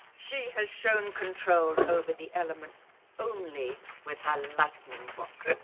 she has shown control over the elements only with her lightning box.